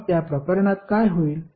मग त्या प्रकरणात काय होईल